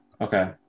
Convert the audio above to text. Okay